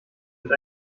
wird